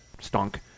stunk